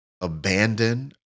abandon